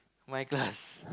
my class